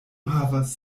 havas